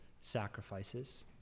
sacrifices